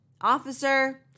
officer